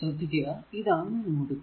ശ്രദ്ധിക്കുക ഇതാണ് node p